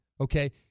Okay